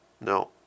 no